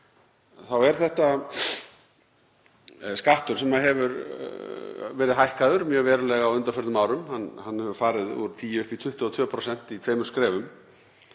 þá er þetta skattur sem hefur verið hækkaður mjög verulega á undanförnum árum. Hann hefur farið úr 10% upp í 22% í tveimur skrefum.